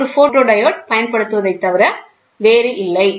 அது ஒரு போட்டோடியோட் பயன்படுத்தப்படுவதைத் தவிர வேறில்லை